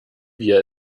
wir